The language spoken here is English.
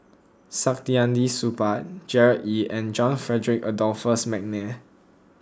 Saktiandi Supaat Gerard Ee and John Frederick Adolphus McNair